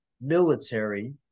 military